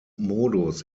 modus